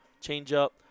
change-up